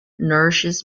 nourishes